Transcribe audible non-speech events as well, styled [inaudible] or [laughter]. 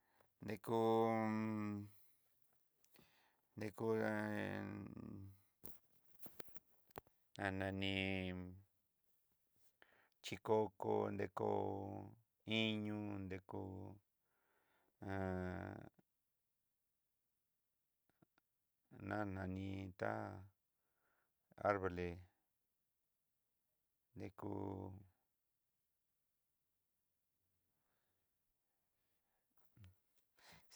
Deku [hesitation] dekue [hesitation] ni chikoko, nrekó iño nrekó [hesitation] na nani tá arbole nrekú.